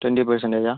twenty പെർസെൻറ്റേജാ